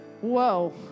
whoa